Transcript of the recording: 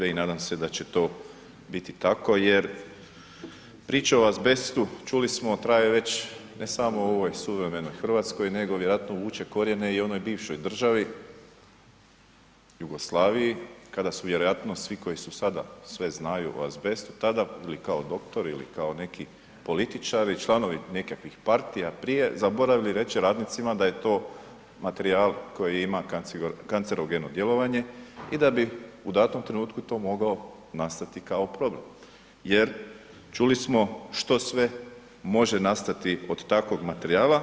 i nadam se da će to biti tako jer priča o azbestu čuli smo traje već, ne samo u ovoj suvremenoj RH, nego vjerojatno vuče korijene i u onoj bivšoj državi Jugoslaviji, kada su vjerojatno svi koji su sada sve znaju o azbestu, tada bili kao doktori ili kao neki političari, članovi nekakvih partija prije, zaboravili reći radnici da je to materijal koji ima kancerogeno djelovanje i da bi u datom trenutku to mogao nastati kao problem, jer čuli smo što sve može nastati od takvog materijala.